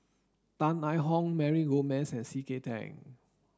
Tan I Tong Mary Gomes and C K Tang